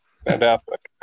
Fantastic